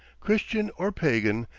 christian or pagan,